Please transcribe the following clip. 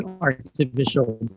artificial